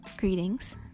Greetings